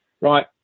right